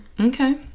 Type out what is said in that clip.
Okay